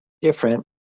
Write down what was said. different